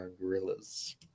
gorillas